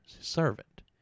servant